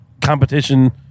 competition